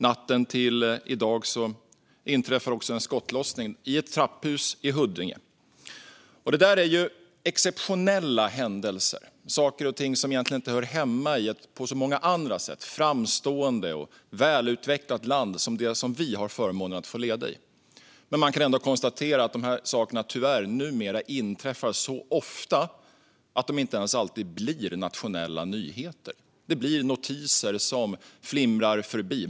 Natten till i dag inträffade också en skottlossning i ett trapphus i Huddinge. Det är exceptionella händelser och saker som egentligen inte hör hemma i ett på så många andra sätt framstående och välutvecklat land som det vi har förmånen att få leda i. Men man kan ändå konstatera att de sakerna tyvärr numera inträffar så ofta att de inte ens alltid blir nationella nyheter. Det blir notiser som flimrar förbi.